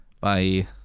Bye